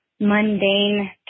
mundane